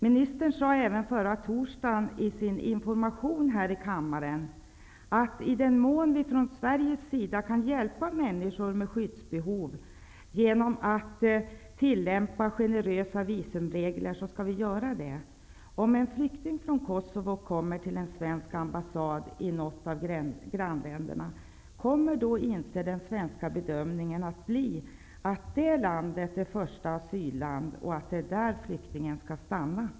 Ministern sade även förra torsdagen i sin information här i kammaren att i den mån vi från Sveriges sida kan hjälpa människor med skyddsbehov genom att tillämpa generösa visumregler skall vi göra det. Om en flykting från Kosovo kommer till en svensk ambassad i något av grannländerna, kommer den svenska bedömningen då inte att bli att det landet är första asylland och att det är där som flyktingen skall stanna?